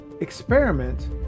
experiment